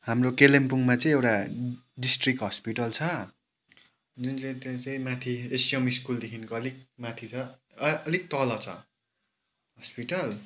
हाम्रो कालिम्पोङमा चाहिँ एउटा डिस्ट्रिक्ट हस्पिटल छ जुन चाहिँ त्यो चाहिँ माथि एसयुएमआई स्कुलदेखिको अलिक माथि छ अलिक तल छ हस्पिटल